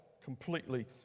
completely